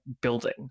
building